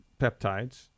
peptides